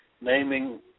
naming